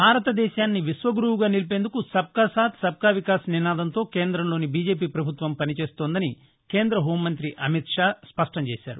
భారతదేశాన్ని విశ్వగురువుగా నిలిపేందుకు సబ్కా సాత్ సబ్ కా వికాస్ నినాదంతో కేంద్రంలోని బిజెపి ప్రభుత్వం పని చేస్తోందని కేంద హోం మంతి అమిత్ షా స్పష్టం చేశారు